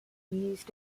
used